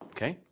Okay